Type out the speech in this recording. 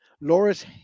Loris